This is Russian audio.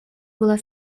была